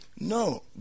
No